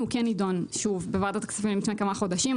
כן נידון שוב בוועדת הכספים לפני כמה חודשים.